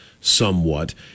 somewhat